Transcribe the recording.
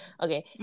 Okay